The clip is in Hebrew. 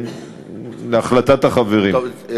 גם החברתי, הכול משמים.